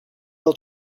will